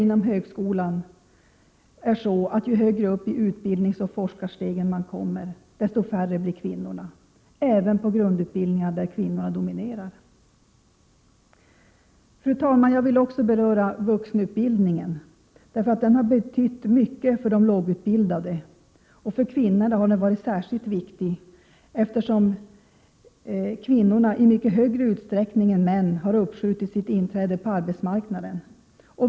Inom högskolan vet vi att ju högre upp på utbildningsoch forskarstegen man kommer, desto färre blir kvinnorna, även om kvinnorna dominerar grundutbildningarna. Fru talman! Jag vill också beröra vuxenutbildningen. Den har betytt mycket för de lågutbildade. För kvinnorna har den varit särskilt viktig, eftersom de i större utsträckning än män har skjutit upp sitt inträde på arbetsmarknaden.